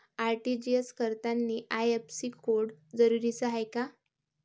RTGS करतांनी IFSC code जरुरीचा हाय का?